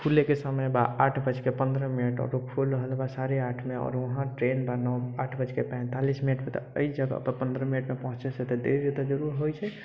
खुलेके समय बा आठ बजकर पन्द्रह मिनट आओर ओ खुल रहल बा साढ़े आठमे आओर वहाँ ट्रेन बा नओ आठ बजकर पैंतालीस मिनट पर तऽ एहि जगह पर पन्द्रह मिनटमे पहुँचेसँ देर तऽ जरुर होइ छै